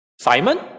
Simon